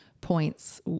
points